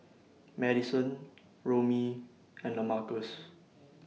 Madisen Romie and Lamarcus